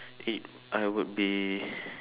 if I would be